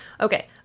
okay